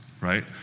right